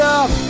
up